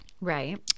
Right